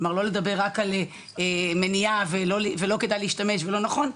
כלומר לא לדבר רק על מניעה ולא כדאי להשתמש ולא נכון,